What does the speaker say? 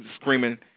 screaming